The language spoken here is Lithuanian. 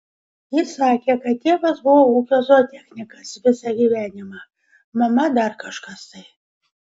jis sakė kad tėvas buvo ūkio zootechnikas visą gyvenimą mama dar kažkas tai